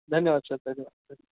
धन्यवाद सर धन्यवाद